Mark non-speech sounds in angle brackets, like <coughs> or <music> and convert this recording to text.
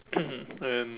<coughs> and